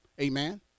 Amen